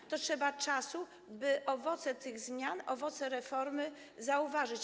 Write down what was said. Na to trzeba czasu, by owoce tych zmian, owoce reformy zauważyć.